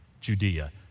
Judea